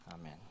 Amen